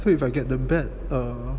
so if I get the bat err